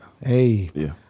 hey